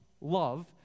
Love